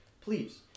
Please